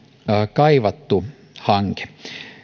kaivattu hanke